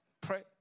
pray